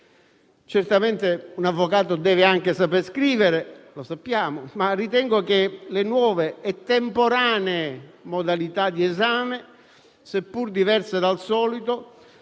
Certamente un avvocato deve anche saper scrivere, lo sappiamo. Ma ritengo che le nuove e temporanee modalità di esame, seppur diverse dal solito,